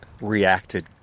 reacted